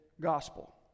gospel